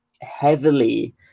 heavily